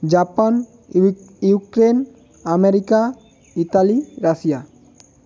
Japan Ukraine America Italy Russia